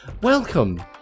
Welcome